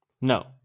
No